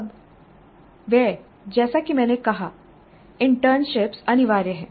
अब वह जैसा कि मैंने कहा इंटर्नशिप अनिवार्य है